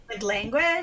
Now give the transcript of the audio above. language